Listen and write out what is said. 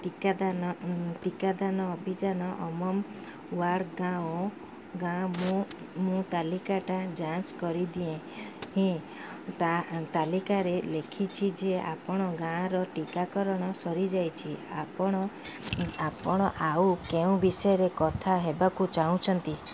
ଟିକାଦାନ ଟିକାଦାନ ଅଭିଯାନ ଅମ୍ନ୍ ୱଡ଼ଗାଓଁ ଗାଁ ମୁଁ ମୁଁ ତାଲିକାଟା ଯାଞ୍ଚ କରିଦିଏ ତାଲିକାରେ ଲେଖିଛି ଯେ ଆପଣଙ୍କ ଗାଁର ଟିକାକରଣ ସରିଯାଇଛି ଆପଣ ଆପଣ ଆଉ କେଉଁ ବିଷୟରେ କଥା ହେବାକୁ ଚାହୁଁଛନ୍ତି